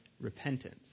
repentance